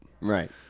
Right